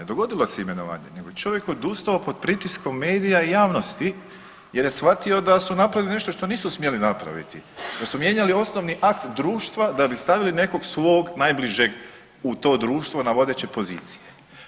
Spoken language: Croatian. Dogodilo se imenovanje, nego čovjek je odustao pod pritiskom medija i javnosti jer je shvatio da su napravili nešto što nisu smjeli napraviti, da su mijenjali osnovni akt društva da bi stavili nekog svog najbližeg u to društvo na vodeće pozicije.